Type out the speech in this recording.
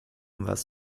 was